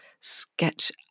sketch